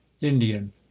indian